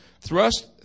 thrust